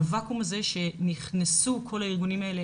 לוואקום הזה שנכנסו כל הארגונים האלה